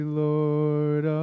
lord